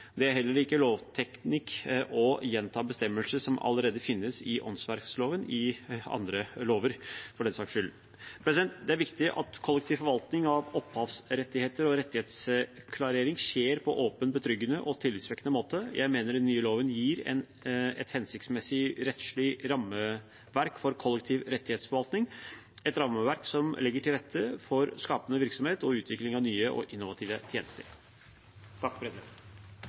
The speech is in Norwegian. Det er heller ikke vanlig lovteknikk å gjenta bestemmelser som allerede finnes i åndsverkloven i andre lover, for den saks skyld. Det er viktig at kollektiv forvaltning av opphavsrettigheter og rettighetsklarering skjer på åpen, betryggende og tillitsvekkende måte. Jeg mener den nye loven gir et hensiktsmessig rettslig rammeverk for kollektiv rettighetsforvaltning – et rammeverk som legger til rette for skapende virksomhet og utvikling av nye og innovative tjenester.